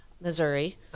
Missouri